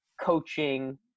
coaching